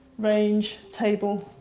range, table,